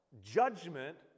judgment